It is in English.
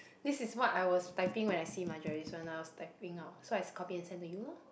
this is what I was typing when I see Margerie's one lah I was typing out so I copy and send to you loh